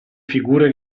figure